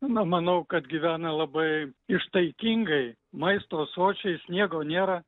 na manau kad gyvena labai ištaigingai maisto sočiais sniego nėra